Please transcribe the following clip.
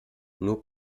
nur